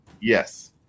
Yes